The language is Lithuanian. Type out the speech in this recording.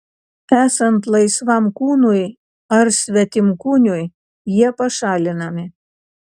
esant laisvam kūnui ar svetimkūniui jie pašalinami